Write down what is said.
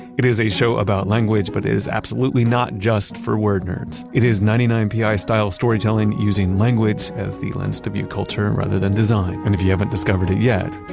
it is a show about language but is absolutely not just for word-nerds. it is ninety nine pi style storytelling using language as the lense to the culture and rather than design. and if you haven't discovered it yet,